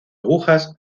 agujas